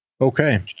Okay